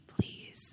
please